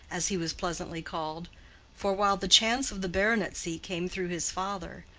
as he was pleasantly called for while the chance of the baronetcy came through his father,